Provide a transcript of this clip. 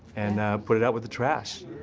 and put it out with the trash.